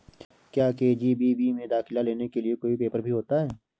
क्या के.जी.बी.वी में दाखिला लेने के लिए कोई पेपर भी होता है?